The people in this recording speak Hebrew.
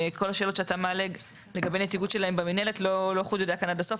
כל השאלות שאתה מעלה לגבי הנציגות שלהם במינהלת לא חודדו כאן עד הסוף.